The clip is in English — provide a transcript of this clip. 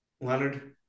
Leonard